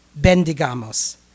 bendigamos